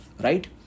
right